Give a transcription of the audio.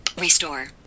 Restore